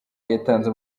yatanze